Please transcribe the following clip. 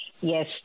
Yes